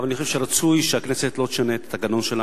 אבל אני חושב שרצוי שהכנסת לא תשנה את התקנון שלה,